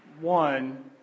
one